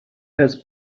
has